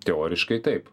teoriškai taip